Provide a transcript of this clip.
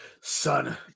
son